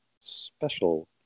special